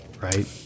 right